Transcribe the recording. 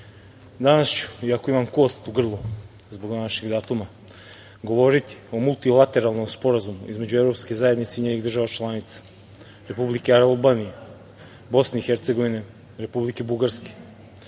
danas ću, iako imam kost u grlu zbog današnjeg datuma, govoriti o multilateralnom Sporazumu između evropske zajednice i njenih država članica, Republike Albanije, Bosne i Hercegovine, Republike Bugarske,